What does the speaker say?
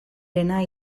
rena